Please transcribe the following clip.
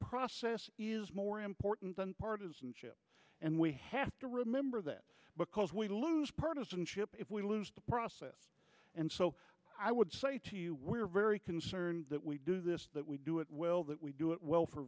process is more important than partisanship and we have to remember that because we lose partisanship if we lose the process and so i would say to you we're very concerned that we do this that we do it well that we do it well for